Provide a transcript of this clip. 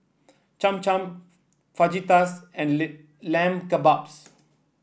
Cham Cham Fajitas and Lamb Kebabs